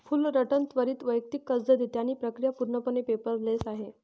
Fullerton त्वरित वैयक्तिक कर्ज देते आणि प्रक्रिया पूर्णपणे पेपरलेस आहे